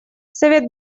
совет